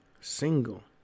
single